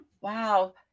wow